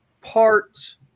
parts